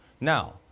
Now